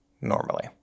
normally